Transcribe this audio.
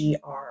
GR